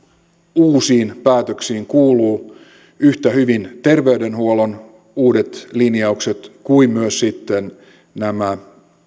uusiin päätöksiin kuuluvat yhtä hyvin terveydenhuollon uudet linjaukset kuin myös sitten nämä